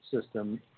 system